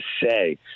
say